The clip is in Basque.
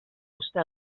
uste